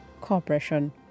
Corporation